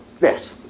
Yes